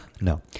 No